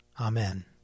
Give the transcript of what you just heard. Amen